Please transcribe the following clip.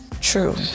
True